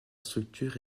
structure